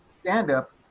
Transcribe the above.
stand-up